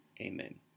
amen